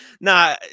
nah